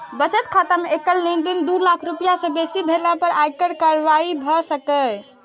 बचत खाता मे एकल लेनदेन दू लाख रुपैया सं बेसी भेला पर आयकर कार्रवाई भए सकैए